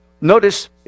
notice